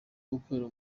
gukora